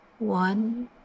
One